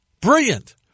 Brilliant